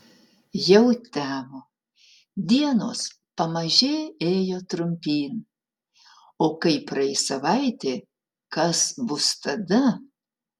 jau temo dienos pamaži ėjo trumpyn o kai praeis savaitė kas bus tada